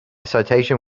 citation